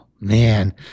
man